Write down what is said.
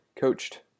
coached